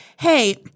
hey